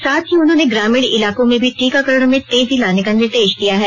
साथ ही उन्होंने ग्रामीण इलाको में भी टीकाकरण में तेजी लाने का निर्देश दिया है